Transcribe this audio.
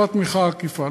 לא התמיכה העקיפה,